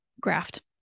graft